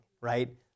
right